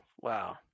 Wow